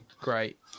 Great